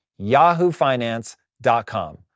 yahoofinance.com